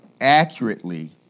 accurately